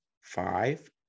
five